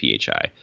PHI